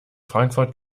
frankfurt